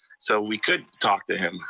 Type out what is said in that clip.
so we could talk to him.